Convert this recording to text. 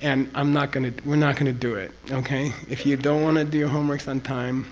and i'm not going to. we're not going to do it. okay? if you don't want to do your homeworks on time,